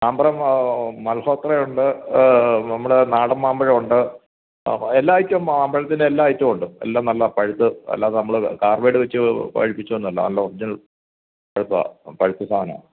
മാമ്പഴം മല്ഹോത്രയുണ്ട് നമ്മുടെ നാടൻ മാമ്പഴവുമുണ്ട് എല്ലാ ഐറ്റം മാമ്പഴത്തിന്റെ എല്ലാ ഐറ്റവുമുണ്ട് എല്ലാം നല്ല പഴുത്ത് അല്ലാതെ നമ്മൾ കാര്ബൈഡ് വെച്ച് പഴുപ്പിച്ചതൊന്നും അല്ല നല്ല ഒറിജിനല് പഴുത്തതാണ് പഴുത്ത സാധനമാണ്